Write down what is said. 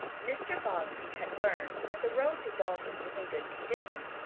mr. bobbsey had learned that the road to dalton was in good condition,